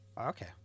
Okay